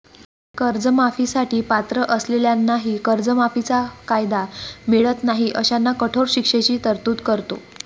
कर्जमाफी साठी पात्र असलेल्यांनाही कर्जमाफीचा कायदा मिळत नाही अशांना कठोर शिक्षेची तरतूद करतो